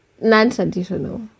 non-traditional